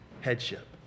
headship